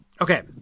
Okay